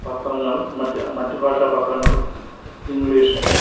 പത്രങ്ങൾ മറ്റ് മറ്റ് ഭാഷ പത്രങ്ങളും ഇംഗ്ലീഷ്